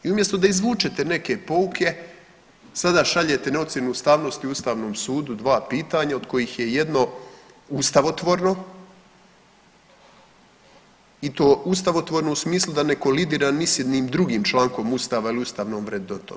I umjesto da izvučete neke pouke sada šaljete na ocjenu ustavnosti Ustavnom sudu dva pitanja od kojih je jedno ustavotvorno i to ustavotvorno u smislu da ne kolidira ni s jednim drugim člankom Ustava ili ustavnom vrednotom.